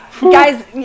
Guys